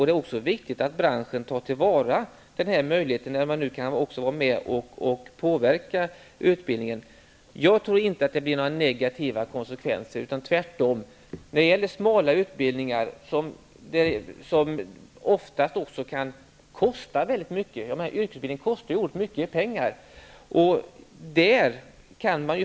Det är också viktigt att branschen tar till vara möjligheten när man också kan vara med och påverka utbildningen. Jag tror inte att det leder till några negativa konsekvenser, tvärtom. Smala utbildningar kan oftast kosta mycket. Yrkesutbildning kostar oerhört mycket pengar.